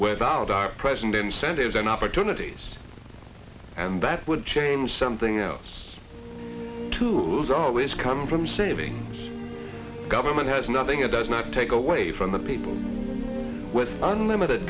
without our present incentives and opportunities and that would change something else to lose always come from saving government has nothing it does not take away from the people with unlimited